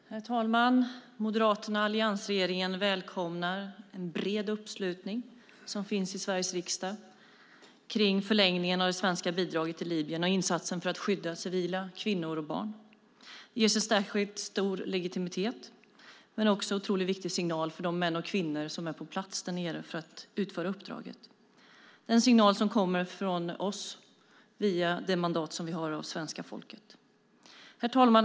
Herr talman! Moderaterna och alliansregeringen välkomnar den breda uppslutning som finns i Sveriges riksdag kring förlängningen av det svenska bidraget till Libyen och insatsen för att skydda civila, kvinnor och barn. Det ger en särskilt stor legitimitet men också en otroligt viktig signal till de män och kvinnor som är på plats där nere för att utföra uppdraget, en signal som kommer från oss via det mandat som vi har från svenska folket. Herr talman!